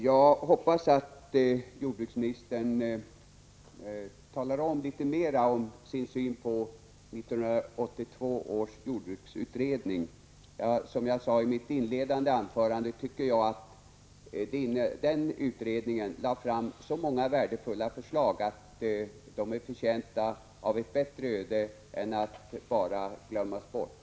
Jag hoppas att jordbruksministern närmare vill ange sin syn på 1982 års jordbruksutredning. Som jag sade i mitt inledande anförande tycker jag att den utredningen lade fram så många värdefulla förslag att de förtjänar — Prot. 1985/86:30 ett bättre öde än att bara glömmas bort.